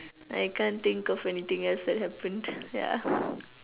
I can't think of anything else that happened ya